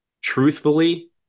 truthfully